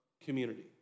community